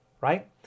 right